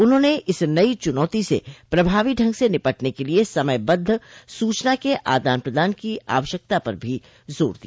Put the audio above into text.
उन्होंने इस नई चुनौती से प्रभावी ढंग से निपटने के लिए समयबद्ध सूचना के आदान प्रदान की आवश्यकता पर भी जोर दिया